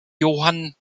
johann